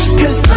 cause